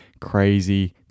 crazy